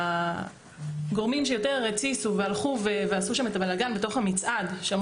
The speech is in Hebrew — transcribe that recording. הגורמים שהתסיסו ועשו את הבלגן בתוך המצעד שאמור